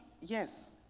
Yes